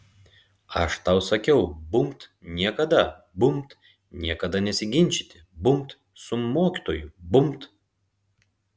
aš tau sakiau bumbt niekada bumbt niekada nesiginčyti bumbt su mokytoju bumbt